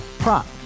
Prop